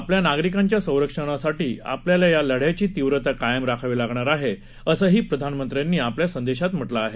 आपल्या नागरिकांच्या संरक्षणासाठी आपल्याला या लद्याची तीव्रता कायम राखावी लागणार आहे असंही प्रधानमंत्र्यांनी या संदेशात म्हटलं आहे